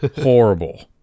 Horrible